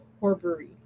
Horbury